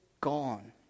gone